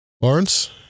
Lawrence